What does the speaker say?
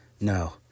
no